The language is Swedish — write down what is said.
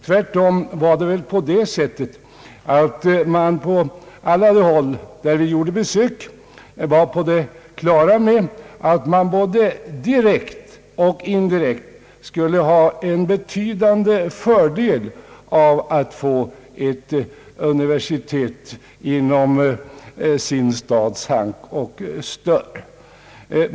Tvärtom var man överallt där vi gjorde besök på det klara med att man både direkt och indirekt skulle ha en betydande fördel av att få ett universitet inom sin stads hank och stör.